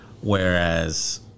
Whereas